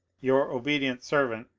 your obedient servant,